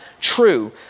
true